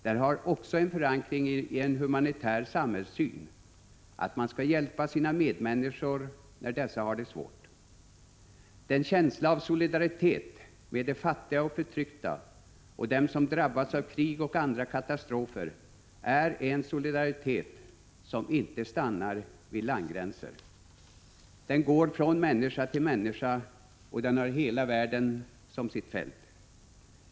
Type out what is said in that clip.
Den har också en förankring i en humanitär samhällssyn: att man skall hjälpa sina medmänniskor när dessa har det svårt. Känslan av solidaritet med de fattiga och förtryckta och med dem som drabbats av krig och andra katastrofer är en solidaritet som inte stannar vid landgränser. Den går från människa till människa, och den har hela världen som sitt fält.